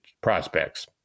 prospects